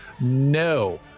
No